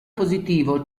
positivo